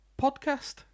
podcast